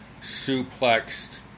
suplexed